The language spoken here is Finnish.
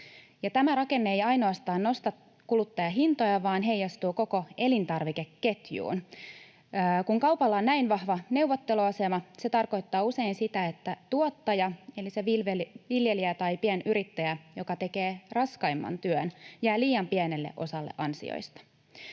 Tämä rakenne ei ainoastaan nosta kuluttajahintoja vaan heijastuu koko elintarvikeketjuun. Kun kaupalla on näin vahva neuvotteluasema, se tarkoittaa usein sitä, että tuottaja eli se viljelijä tai pienyrittäjä, joka tekee raskaimman työn, jää liian pienelle osalle ansioista.